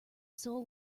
soul